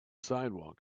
sidewalk